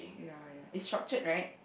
ya ya it's structured right